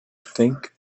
think